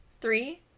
Three